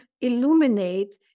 illuminate